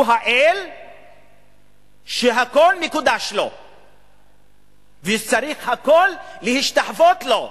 הוא האל שהכול מקודש לו והכול צריכים להשתחוות לו.